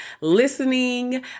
listening